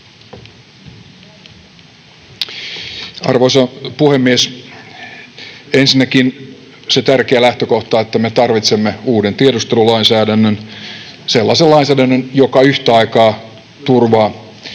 Arvoisa puhemies! Ensinnäkin se tärkeä lähtökohta, että me tarvitsemme uuden tiedustelulainsäädännön, sellaisen lainsäädännön, joka yhtä aikaa turvaa